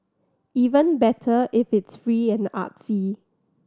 even better if it's free and artsy